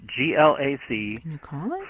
glac